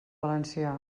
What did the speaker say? valencià